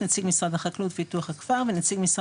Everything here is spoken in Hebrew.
נציג משרד החקלאות ופיתוח הכפר ונציג משרד